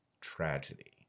tragedy